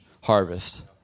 harvest